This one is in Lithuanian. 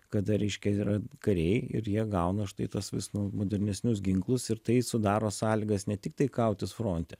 kada reiškia yra kariai ir jie gauna štai tuos vis modernesnius ginklus ir tai sudaro sąlygas ne tiktai kautis fronte